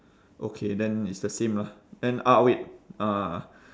okay then it's the same lah then ah wait uh